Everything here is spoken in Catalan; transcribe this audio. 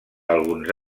alguns